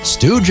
Stu